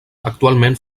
actualment